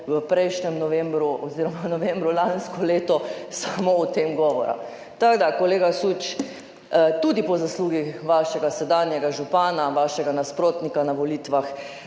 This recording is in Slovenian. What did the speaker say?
ker je bilo v novembru lansko leto samo o tem govora. Tako da, kolega Süč, tudi po zaslugi vašega sedanjega župana, vašega nasprotnika na volitvah,